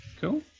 Cool